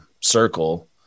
circle